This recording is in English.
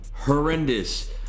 Horrendous